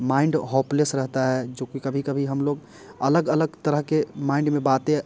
mind hopeless रहता है जो कि कभी कभी हम लोग अलग अलग तरह के माइंड में बातें